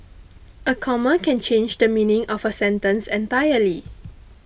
a comma can change the meaning of a sentence entirely